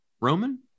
roman